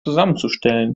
zusammenzustellen